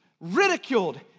ridiculed